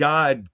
God